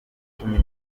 cumi